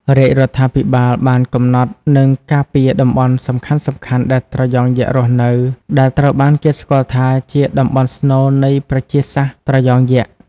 រាជរដ្ឋាភិបាលបានកំណត់ និងការពារតំបន់សំខាន់ៗដែលត្រយងយក្សរស់នៅ ដែលត្រូវបានគេស្គាល់ថាជាតំបន់ស្នូលនៃប្រជាសាស្ត្រត្រយងយក្ស។